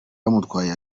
bamutwaye